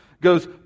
goes